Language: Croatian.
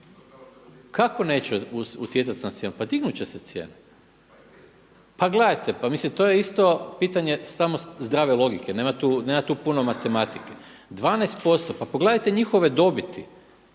Kako neće utjecati na cijenu, pa dignut će se cijena. Pa gledajte, pa mislim to je isto pitanje samo zdrave logike, nema tu puno matematike. 12%. Pa pogledajte njihove dobiti.